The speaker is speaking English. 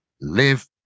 live